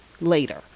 later